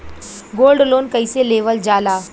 Gold loan कईसे लेवल जा ला?